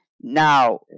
Now